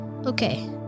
Okay